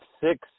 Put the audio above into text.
six